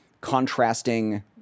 contrasting